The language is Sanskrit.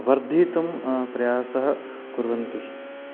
वर्धितुं प्रयासः कुर्वन्ति